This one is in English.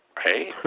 hey